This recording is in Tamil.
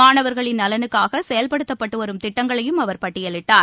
மாணவர்களின் நலனுக்காகசெயல்படுத்தப்பட்டுவரும் திட்டங்களையும் அவர் பட்டியலிட்டார்